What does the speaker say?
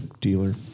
dealer